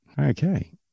Okay